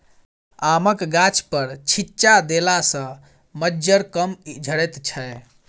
आमक गाछपर छिच्चा देला सॅ मज्जर कम झरैत छै